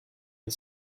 the